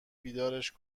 بیدارش